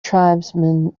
tribesmen